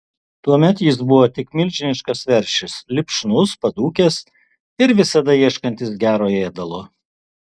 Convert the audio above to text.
tuomet jis buvo tik milžiniškas veršis lipšnus padūkęs ir visada ieškantis gero ėdalo